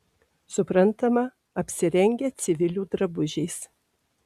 suprantama apsirengę civilių drabužiais